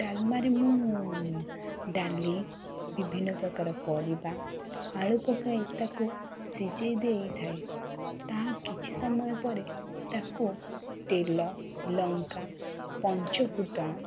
ଡାଲମାରେ ମୁଁ ଡାଲି ବିଭିନ୍ନପ୍ରକାର ପରିବା ଆଳୁ ପକାଇ ତାକୁ ସିଝାଇ ଦେଇଥାଏ ତାହା କିଛିସମୟ ପରେ ତାକୁ ତେଲ ଲଙ୍କା ପଞ୍ଚୁଫୁଟଣ